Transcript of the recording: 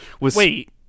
Wait